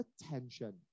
attention